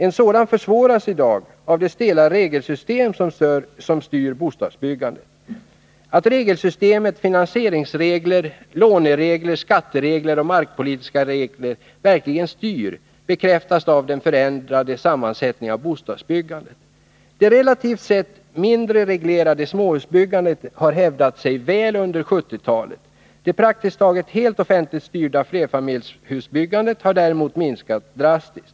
En sådan försvåras i dag av det stela regelsystem som styr bostadsbyggandet. Att regelsystemet — finansieringsregler, låneregler, skatteregler och markpolitiska regler — verkligen styr bekräftas av den förändrade sammansättningen av bostadsbyggandet. Det relativt sett mindre reglerade småhusbyggandet har hävdat sig väl under 1970-talet. Det praktiskt taget helt offentligt styrda flerfamiljshusbyggandet har däremot minskat drastiskt.